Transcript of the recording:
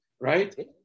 right